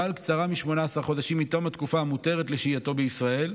קצרה מ-18 חודשים מתום התקופה המותרת לשהייתו בישראל.